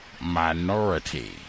Minority